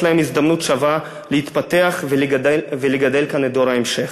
להם הזדמנות שווה להתפתח ולגדל כאן את דור ההמשך.